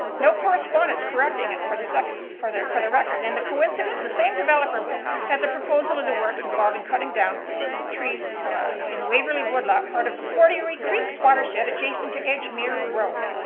no correspondence correcting it for the second, for the for the record, and the coincidence, the same developer has a proposal in the works involving cutting down trees in the waverly wood lot, part of the fore-dairy creek's watershed adjacent to edgemire road.